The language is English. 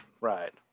Right